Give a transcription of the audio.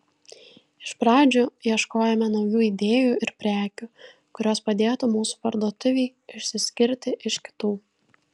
iš pradžių ieškojome naujų idėjų ir prekių kurios padėtų mūsų parduotuvei išsiskirti iš kitų